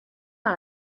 par